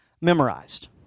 memorized